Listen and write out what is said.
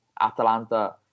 Atalanta